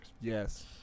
Yes